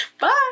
Bye